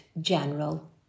General